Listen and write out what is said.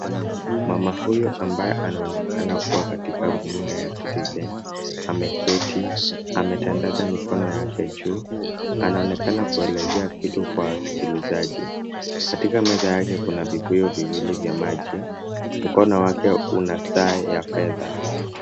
Mama huyu ambaye anaonekana kuwa katika runinga ya Citizen, ameketi, ametandaza mikono yake juu, anaonekana kuelezea kitu kwa wasikilizaji. Katika meza yake kuna vibuyu viwili vya maji. Mkono wake una saa ya fedha.